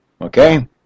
Okay